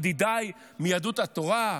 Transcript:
ידידיי מיהדות התורה,